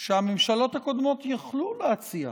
שהממשלות הקודמות יכלו להציע,